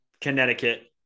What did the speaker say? Connecticut